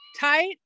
tight